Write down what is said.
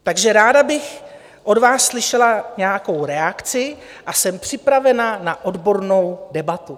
Takže bych od vás ráda slyšela nějakou reakci a jsem připravena na odbornou debatu.